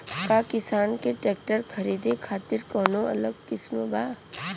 का किसान के ट्रैक्टर खरीदे खातिर कौनो अलग स्किम बा?